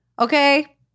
okay